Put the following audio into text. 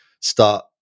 start